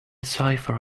cipher